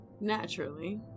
Naturally